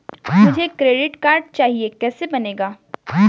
मुझे credit card चाहिए कैसे बनेगा?